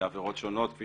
בעבירות שונות, כפי